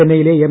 ചെന്നൈയിലെ എം